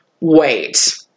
Wait